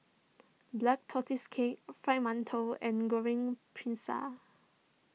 Black Tortoise Cake Fried Mantou and Goreng Pisang